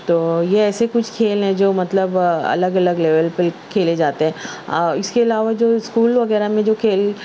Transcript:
تو یہ ایسے کچھ کھیل ہیں جو مطلب الگ الگ لیول پہ کھیلے جاتے ہیں اس کے علاوہ جو اسکول وغیرہ میں جو کھیل